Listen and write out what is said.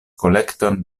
kolekton